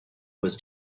was